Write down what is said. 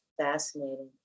fascinating